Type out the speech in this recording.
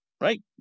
right